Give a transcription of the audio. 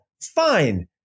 Fine